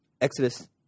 exodus